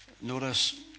Notice